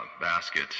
basket